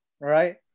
right